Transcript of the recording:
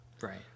right